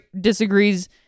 disagrees